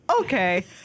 okay